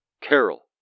Carol